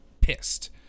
pissed